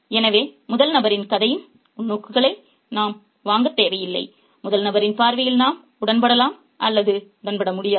எனவே முதல் நபரின் கதையின் முன்னோக்குகளை நாம் வாங்கத் தேவையில்லை முதல் நபரின் பார்வையில் நாம் உடன்படலாம் அல்லது உடன்பட முடியாது